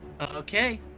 Okay